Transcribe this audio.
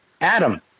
adam